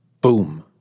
Boom